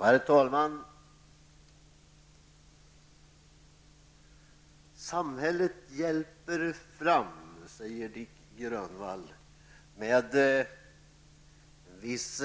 Herr talman! Samhället hjälper fram, säger Nic Grönvall, med visst